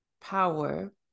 power